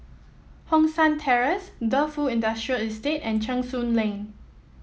Hong San Terrace Defu Industrial Estate and Cheng Soon Lane